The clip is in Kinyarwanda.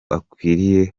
akwiriye